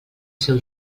seu